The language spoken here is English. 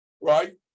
right